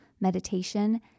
meditation